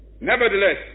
nevertheless